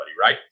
right